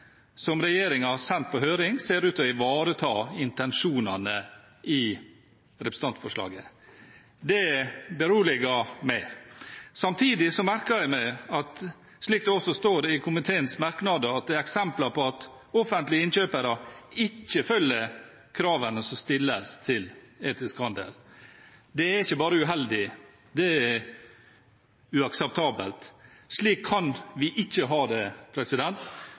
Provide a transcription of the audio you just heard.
som regjeringen har sendt på høring, ser ut til å ivareta intensjonene i representantforslaget. Det beroliger meg. Samtidig merket jeg meg, slik det også står i komiteens merknader, at det er eksempler på at offentlige innkjøpere ikke følger kravene som stilles til etisk handel. Det er ikke bare uheldig; det er uakseptabelt. Slik kan vi ikke ha det.